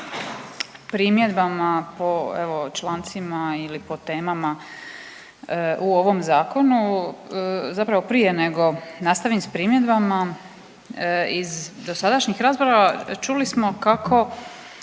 primjedbama po evo člancima ili po temama u ovom zakonu, zapravo prije nego nastavim s primjedbama iz dosadašnjih rasprava čuli smo kako